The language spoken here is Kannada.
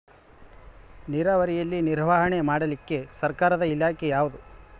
ನೇರಾವರಿಯಲ್ಲಿ ನಿರ್ವಹಣೆ ಮಾಡಲಿಕ್ಕೆ ಸರ್ಕಾರದ ಇಲಾಖೆ ಯಾವುದು?